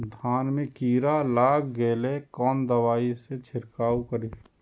धान में कीरा लाग गेलेय कोन दवाई से छीरकाउ करी?